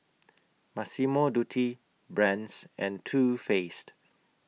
Massimo Dutti Brand's and Too Faced